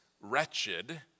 wretched